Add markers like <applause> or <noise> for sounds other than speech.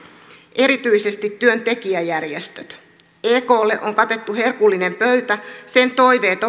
erityisesti työntekijäjärjestöt eklle on on katettu herkullinen pöytä sen toiveet <unintelligible>